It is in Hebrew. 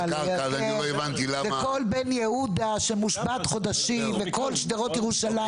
--- וכול בן-יהודה שמושבת חודשים וכול שדרות ירושלים